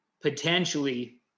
potentially